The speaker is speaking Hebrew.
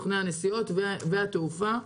סוכני הנסיעות והתעופה.